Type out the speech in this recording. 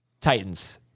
Titans